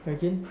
okay